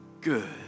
good